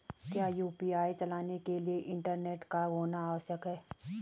क्या यु.पी.आई चलाने के लिए इंटरनेट का होना आवश्यक है?